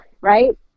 Right